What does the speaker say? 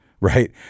right